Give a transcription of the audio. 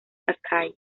sakai